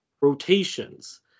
rotations